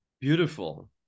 Beautiful